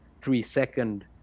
three-second